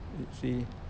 you see